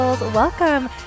Welcome